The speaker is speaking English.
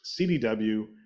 CDW